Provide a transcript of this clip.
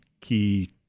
key